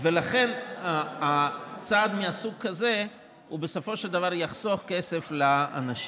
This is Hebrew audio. ולכן צעד מסוג כזה הוא בסופו של דבר יחסוך כסף לאנשים.